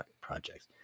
projects